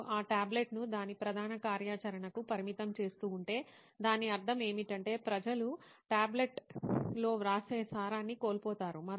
మీరు ఆ టాబ్లెట్ను దాని ప్రధాన కార్యాచరణకు పరిమితం చేస్తూ ఉంటే దాని అర్థం ఏమిటంటే ప్రజలు టాబ్లెట్లో వ్రాసే సారాన్ని కోల్పోతారు